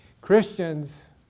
Christians